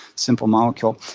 simple molecule.